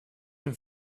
een